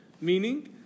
Meaning